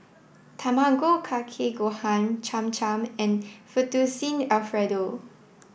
Tamago Kake Gohan Cham Cham and Fettuccine Alfredo